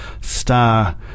star